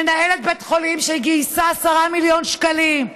מנהלת בית חולים שגייסה 10 מיליון שקלים,